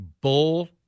Bull